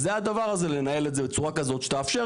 אז זה הדבר הזה לנהל את זה בצורה כזאת שתאפשר